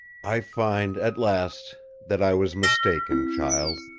i find at last that i was mistaken, child,